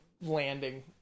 landing